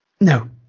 No